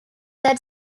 that